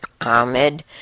Ahmed